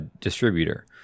distributor